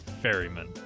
ferryman